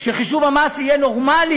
שחישוב המס יהיה נורמלי,